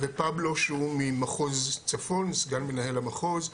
ופבלו שהוא ממחוז צפון, סגן מנהל המחוז.